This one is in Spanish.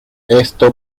esto